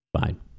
Fine